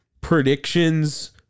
predictions